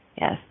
Yes